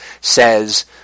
says